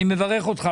אני מברך אותך.